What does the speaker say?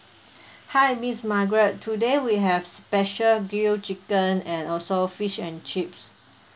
hi miss margaret today we have special grilled chicken and also fish and chips